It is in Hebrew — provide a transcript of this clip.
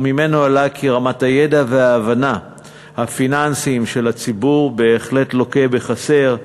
וממנו עלה כי רמת הידע וההבנה הפיננסיים של הציבור בהחלט לוקה בחסר,